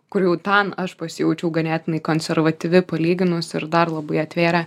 kur jau ten aš pasijaučiau ganėtinai konservatyvi palyginus ir dar labai atvėrė